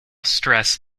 stress